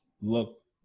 look